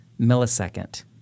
millisecond